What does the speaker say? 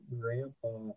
grandpa